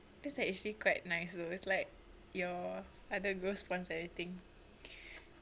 that's like actually quite nice though it's like your father go sponsor everything